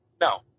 No